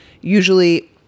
usually